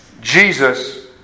Jesus